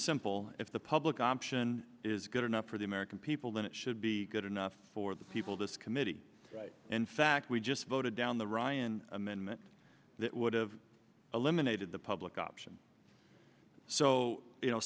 simple if the public option is good enough for the american people then it should be good enough for the people this committee in fact we just voted down the ryan amendment that would have eliminated the public option so you know